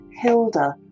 Hilda